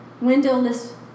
windowless